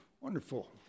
Wonderful